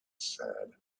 said